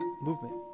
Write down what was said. movement